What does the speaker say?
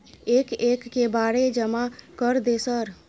एक एक के बारे जमा कर दे सर?